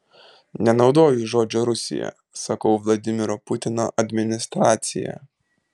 nenaudoju žodžio rusija sakau vladimiro putino administracija